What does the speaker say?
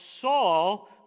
Saul